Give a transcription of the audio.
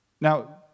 Now